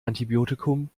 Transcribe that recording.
antibiotikum